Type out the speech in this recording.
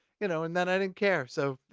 you know. and then i didn't care. so,